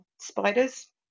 spiders